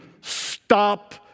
stop